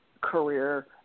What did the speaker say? career